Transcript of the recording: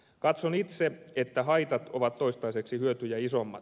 katson itse että haitat ovat toistaiseksi hyötyjä isommat